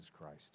Christ